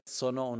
sono